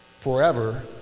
forever